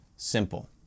Simple